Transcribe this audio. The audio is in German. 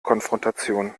konfrontation